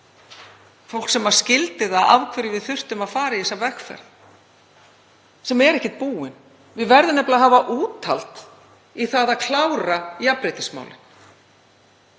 Fólk skildi það af hverju við þurftum að fara í þessa vegferð, sem er ekkert búin. Við verðum nefnilega að hafa úthald til að klára jafnréttismálin.